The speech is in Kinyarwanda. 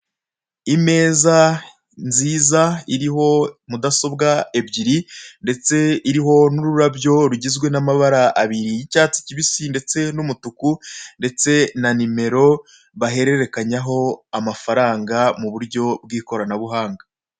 Imeza nziza iriho mudasobwa ebyiri, ndetse iriho n'ururabyo rugizwe n'amabara abiri, icyatsi kibisi ndetse n'umutuku ndetse na nimero bahererekanyaho amafaranga mu buryo bw'ikoranabuhanga.